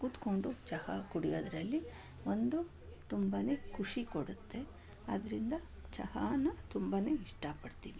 ಕೂತ್ಕೊಂಡು ಚಹಾ ಕುಡಿಯೋದರಲ್ಲಿ ಒಂದು ತುಂಬನೇ ಖುಷಿ ಕೊಡುತ್ತೆ ಆದ್ದರಿಂದ ಚಹಾನ ತುಂಬನೇ ಇಷ್ಟಪಡ್ತೀನಿ